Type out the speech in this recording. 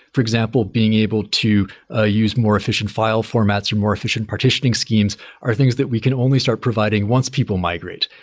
for example being able to ah use more efficient file formats, or more efficient partitioning schemes are things that we can only start providing once people migrate.